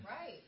Right